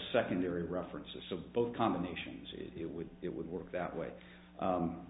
secondary references so both combinations it would it would work that way